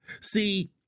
See